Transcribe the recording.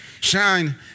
Shine